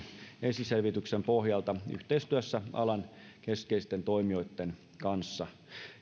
esiselvityksen pohjalta yhteistyössä alan keskeisten toimijoitten kanssa